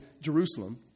Jerusalem